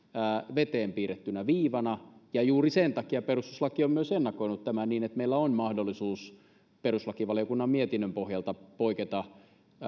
veteen piirrettynä viivana ja juuri sen takia perustuslaki on myös ennakoinut tämän niin että meillä on mahdollisuus perustuslakivaliokunnan mietinnön pohjalta poiketa